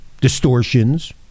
distortions